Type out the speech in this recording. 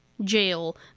jail